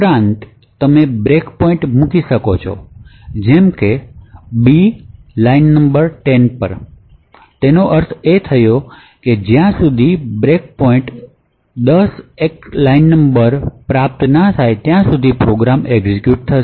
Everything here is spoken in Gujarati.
ઉપરાંત તમે બ્રેક પોઇન્ટ મૂકી શકો છો જેમ કે b લાઇન નંબર 10 પર તેનો અર્થ એ છે કે જ્યાં સુધી બ્રેક પોઇન્ટ 10 એક્ટ લાઇન નંબર 10 પ્રાપ્ત ન થાય ત્યાં સુધી પ્રોગ્રામ એક્ઝેક્યુટ થશે